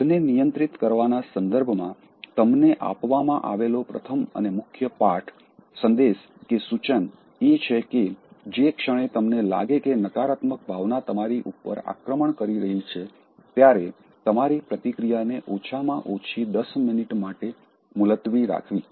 ક્રોધને નિયંત્રિત કરવાના સંદર્ભમાં તમને આપવામાં આવેલો પ્રથમ અને મુખ્ય પાઠ સંદેશ કે સૂચન એ છે કે જે ક્ષણે તમને લાગે કે નકારાત્મક ભાવના તમારી ઉપર આક્રમણ કરી રહી છે ત્યારે તમારી પ્રતિક્રિયાને ઓછામાં ઓછી 10 મિનિટ માટે મુલતવી રાખવી